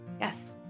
yes